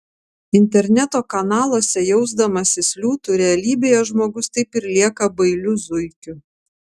interneto kanaluose jausdamasis liūtu realybėje žmogus taip ir lieka bailiu zuikiu